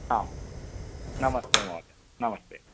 आं नमस्ते महोदय नमस्ते